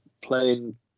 playing